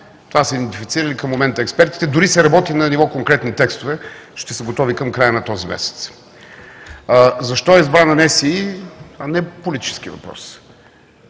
Това са идентифицирали към момента експертите. Дори да се работи на ниво конкретни текстове, ще са готови към края на този месец. Защо е избран Националният статистически